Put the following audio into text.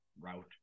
route